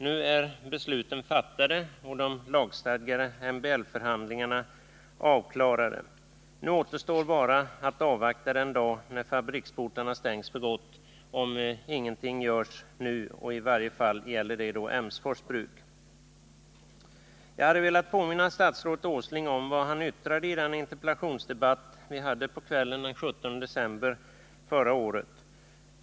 Nu är besluten fattade och de lagstadgade MBL-förhandlingarna avklarade — nu återstår bara att avvakta den dag när fabriksportarna stängs för gott om ingenting görs nu — i varje fall gäller det Emsfors bruk. Jag hade velat påminna statsrådet Åsling om vad han yttrade i den interpellationsdebatt vi hade på kvällen den 17 december förra året.